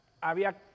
había